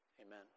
Amen